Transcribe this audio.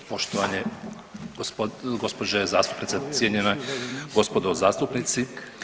Poštovane gospođe zastupnice, cijenjena gospodo zastupnici.